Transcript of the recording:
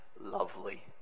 lovely